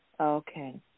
Okay